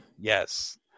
Yes